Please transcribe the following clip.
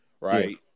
Right